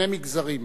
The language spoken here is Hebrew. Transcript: שני מגזרים: